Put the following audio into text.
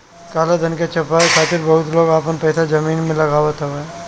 काला धन के छुपावे खातिर बहुते लोग आपन पईसा जमीन में लगावत हवे